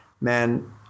man